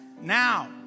now